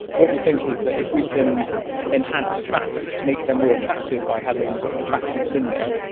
what we think is that if we can enhance traps, make them more attractive by having attractants in there,